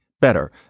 Better